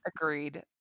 Agreed